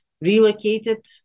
relocated